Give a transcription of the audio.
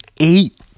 Eight